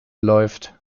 läuft